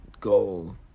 go